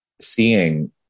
seeing